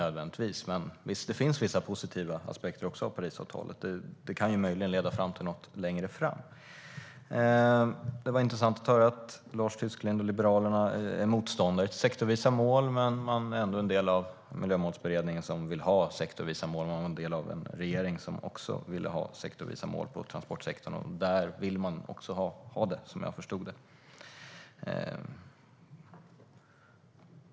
Men det finns också vissa positiva aspekter på Parisavtalet. Det kan möjligen leda fram till något längre fram. Det var intressant att höra att Lars Tysklind och Liberalerna är motståndare till sektorsvisa mål, men man är ändå en del av Miljömåsberedningen som vill ha sektorsvisa mål. Man var en del av en regering som också ville ha sektorsvisa mål när det gäller transportsektorn. Där vill man också ha det, som jag förstod det.